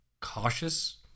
cautious